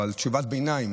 אבל תשובת ביניים: